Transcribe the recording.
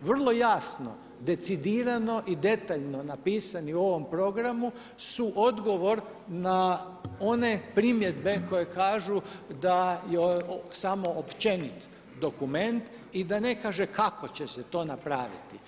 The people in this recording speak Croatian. vrlo jasno, decidirano i detaljno napisani u ovom programu su odgovor na one primjedbe koje kažu da je ovo samo općenit dokument i da ne kaže kako će se to napraviti.